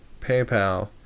PayPal